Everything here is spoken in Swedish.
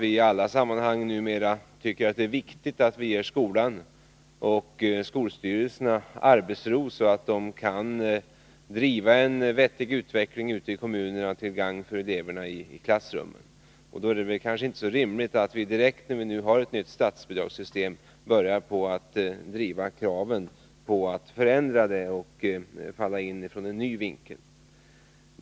I alla sammanhang betonas numera också att det är viktigt att skolan och skolstyrelserna ges arbetsro, så att de kan driva en vettig utveckling ute i kommunerna, till gagn för eleverna i klassrummen. Då är det inte rimligt att vi direkt, när vi nu har fått ett nytt statsbidragssystem, börjar ställa krav på att det skall förändras utifrån en ny infallsvinkel.